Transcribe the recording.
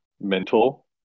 mental